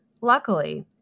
Luckily